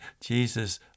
Jesus